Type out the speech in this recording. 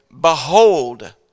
behold